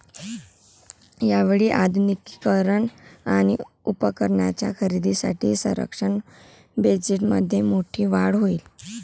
यावेळी आधुनिकीकरण आणि उपकरणांच्या खरेदीसाठी संरक्षण बजेटमध्ये मोठी वाढ होईल